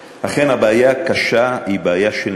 אכן, זו בעיה קשה, והיא בעיה של נכים.